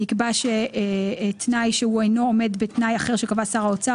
נקבע התנאי ש"הוא אינו עומד בתנאי אחר שקבע שר האוצר",